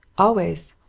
always,